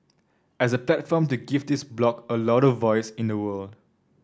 as a platform to give this bloc a louder voice in the world